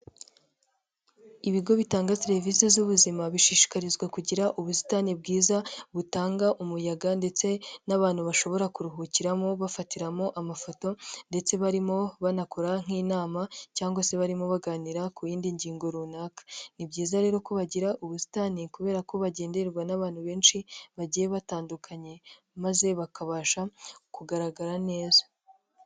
Ibigo bitanga serivisi z'ubuzima bishishikarizwa kugira ubusitani bwiza butanga umuyaga ndetse n'abantu bashobora kuruhukiramo bafatiramo amafoto ndetse barimo banakora nk'inama cyangwa se barimo baganira ku yindi ngingo runaka. Ni byiza rero ko bagira ubusitani kubera ko bagendererwa n'abantu benshi bagiye batandukanye maze bakabasha kugaragara neza.